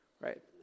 right